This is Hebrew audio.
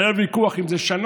היה ויכוח אם זה שנה,